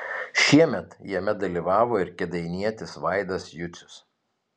šiemet jame dalyvavo ir kėdainietis vaidas jucius